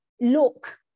look